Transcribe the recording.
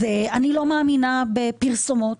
אז אני לא מאמינה בפרסומות,